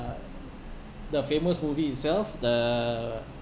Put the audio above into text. the famous movie itself the